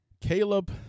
Caleb